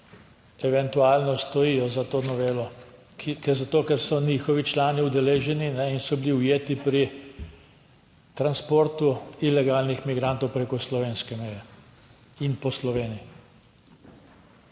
eventualno stojijo za to novelo, zato ker so njihovi člani udeleženi in so bili ujeti pri transportu ilegalnih migrantov preko slovenske meje in po Sloveniji.